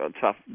tough